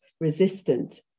resistant